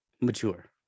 mature